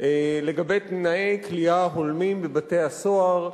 לגבי תנאי כליאה הולמים בבתי-הסוהר.